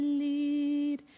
lead